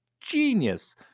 genius